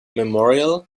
memorial